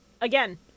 again